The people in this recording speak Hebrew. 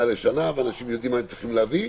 לשנה ואנשים יודעים מה הם צריכים להביא,